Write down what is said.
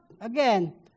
again